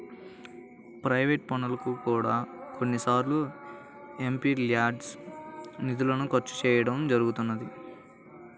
private పనులకు కూడా కొన్నిసార్లు ఎంపీల్యాడ్స్ నిధులను ఖర్చు చేయడం జరుగుతున్నది